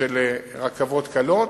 של רכבות קלות.